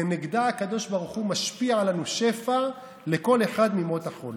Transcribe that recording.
כנגדה הקדוש ברוך הוא משפיע עלינו שפע לכל אחד מימות החול.